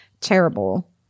terrible